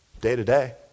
day-to-day